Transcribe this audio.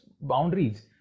boundaries